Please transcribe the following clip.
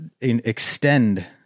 extend